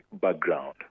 background